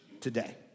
today